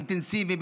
אינטנסיביים,